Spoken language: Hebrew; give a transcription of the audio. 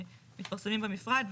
שמתפרסמים במפרט.